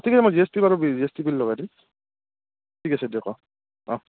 ঠিক আছে মই জি এছ টি বাৰু জি এছ টি বিল লগাই দিম ঠিক আছে দিয়ক অ' অ'